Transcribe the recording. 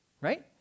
right